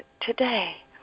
today